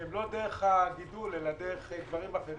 שהן לא דרך הגידול אלא דרך דברים אחרים,